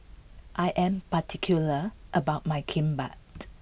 I am particular about my Kimbap